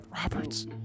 Roberts